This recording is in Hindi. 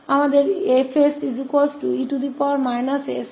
तो हमारे पासFe ss24e sss24e 3ss22 है